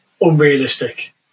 unrealistic